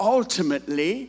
ultimately